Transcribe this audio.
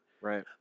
Right